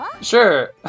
Sure